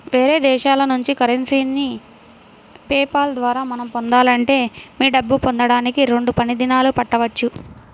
వేరే దేశాల నుంచి కరెన్సీని పే పాల్ ద్వారా మనం పొందాలంటే మీ డబ్బు పొందడానికి రెండు పని దినాలు పట్టవచ్చు